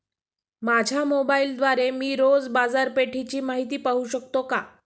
माझ्या मोबाइलद्वारे मी रोज बाजारपेठेची माहिती पाहू शकतो का?